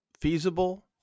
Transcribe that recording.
feasible